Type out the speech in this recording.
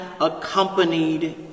accompanied